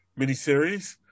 miniseries